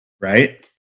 right